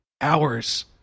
hours